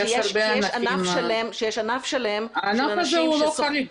יש ענף שלם של אנשים ש- -- הענף הזה הוא לא חריג.